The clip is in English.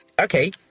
okay